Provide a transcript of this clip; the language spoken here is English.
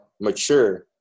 mature